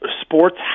Sports